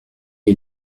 est